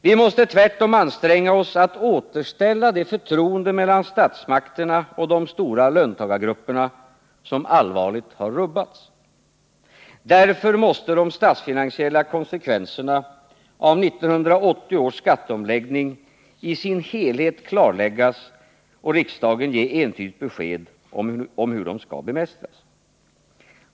Vi måste tvärtom anstränga oss att återställa det förtroende mellan statsmakterna och de stora löntagargrupperna som allvarligt har rubbats. Därför måste de statsfinansiella konsekvenserna av 1980 års skatteomläggning i sin helhet klarläggas och riksdagen ge entydigt besked om hur de skall bemästras.